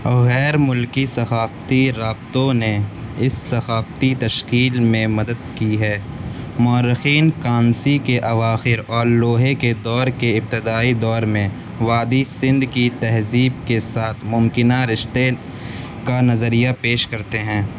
غیرملکی ثقافتی رابطوں نے اس ثقافتی تشکیل میں مدد کی ہے مؤرخین کانسی کے اواخر اور لوہے کے دور کے ابتدائی دور میں وادی سندھ کی تہذیب کے ساتھ ممکنہ رشتے کا نظریہ پیش کرتے ہیں